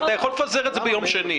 אתה יכול לפזר את זה ביום שני.